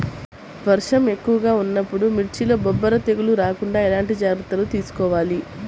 వర్షం ఎక్కువగా ఉన్నప్పుడు మిర్చిలో బొబ్బర తెగులు రాకుండా ఎలాంటి జాగ్రత్తలు తీసుకోవాలి?